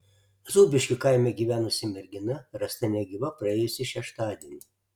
zūbiškių kaime gyvenusi mergina rasta negyva praėjusį šeštadienį